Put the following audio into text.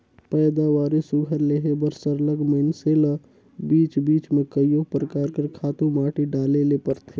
पएदावारी सुग्घर लेहे बर सरलग मइनसे ल बीच बीच में कइयो परकार कर खातू माटी डाले ले परथे